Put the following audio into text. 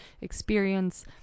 experience